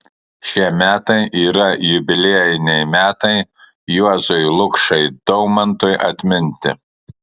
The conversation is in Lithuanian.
šie metai yra jubiliejiniai metai juozui lukšai daumantui atminti